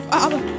Father